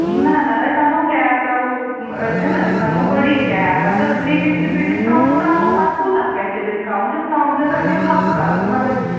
نہَ نہَ أسۍ اَنو کیب کَرو أسٮ۪ن أسۍ اَنو بٔڈی کیب تہٕ لیکِن پھر بھی ڈِسکاوُنٛٹ کَرو پَتہٕ کوٗتاہ گژھِ ڈِسکاوُنٛٹ ڈِسکاوُنٛٹ زَن رۄپیہِ ہَتھ کَرو مگر